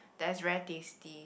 that's very tasty